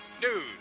news